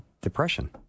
depression